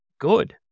good